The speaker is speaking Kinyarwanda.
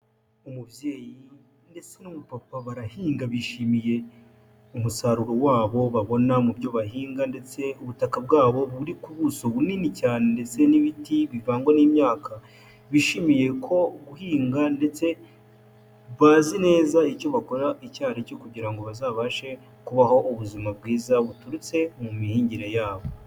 Umubyeyi ndetse n'umupapa barahinga bishimiye umusaruro wabo babona mu byo bahinga ndetse ubutaka bwabo buri ku buso bunini cyane ndetse n'ibiti bivangwa n'imyaka bishimiye ko guhinga ndetse bazi neza icyo bakora icyari cyo kugira ngo bazabashe kubaho ubuzima bwiza buturutse mu mihingire yabo.